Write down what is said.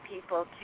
people